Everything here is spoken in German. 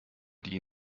die